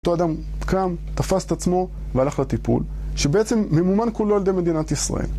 אותו אדם קם, תפס את עצמו והלך לטיפול שבעצם ממומן כולו על ידי מדינת ישראל